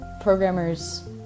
programmers